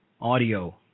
audio